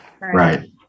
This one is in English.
Right